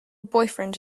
boyfriend